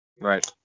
Right